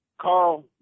carl